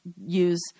use